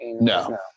No